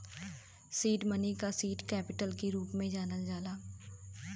seed money क seed capital के रूप में जानल जाला